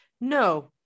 No